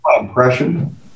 impression